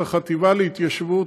את החטיבה להתיישבות,